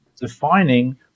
defining